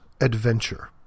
Adventure